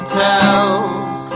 tells